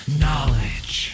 knowledge